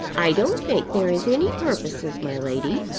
i don't think there is any purposes, my lady,